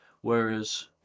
whereas